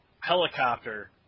helicopter